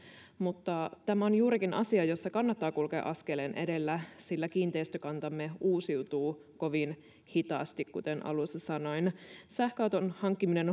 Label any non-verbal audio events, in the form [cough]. mutta tämä on juurikin asia jossa kannattaa kulkea askeleen edellä sillä kiinteistökantamme uusiutuu kovin hitaasti kuten alussa sanoin sähköauton hankkiminen [unintelligible]